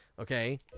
okay